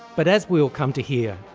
but as we will come to hear,